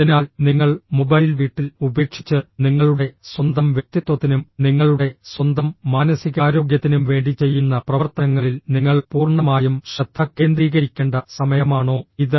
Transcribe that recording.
അതിനാൽ നിങ്ങൾ മൊബൈൽ വീട്ടിൽ ഉപേക്ഷിച്ച് നിങ്ങളുടെ സ്വന്തം വ്യക്തിത്വത്തിനും നിങ്ങളുടെ സ്വന്തം മാനസികാരോഗ്യത്തിനും വേണ്ടി ചെയ്യുന്ന പ്രവർത്തനങ്ങളിൽ നിങ്ങൾ പൂർണ്ണമായും ശ്രദ്ധ കേന്ദ്രീകരിക്കേണ്ട സമയമാണോ ഇത്